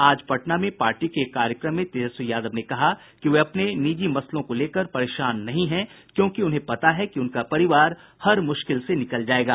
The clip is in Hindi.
आज पटना में पार्टी के एक कार्यक्रम में तेजस्वी यादव ने कहा कि वे अपने निजी मसलों को लेकर परेशान नहीं हैं क्योंकि उन्हें पता है कि उनका परिवार हर मुश्किल से निकल जायेगा